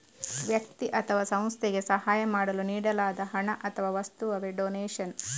ವ್ಯಕ್ತಿ ಅಥವಾ ಸಂಸ್ಥೆಗೆ ಸಹಾಯ ಮಾಡಲು ನೀಡಲಾದ ಹಣ ಅಥವಾ ವಸ್ತುವವೇ ಡೊನೇಷನ್